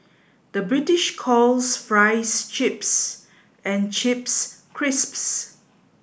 the British calls fries chips and chips crisps